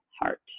heart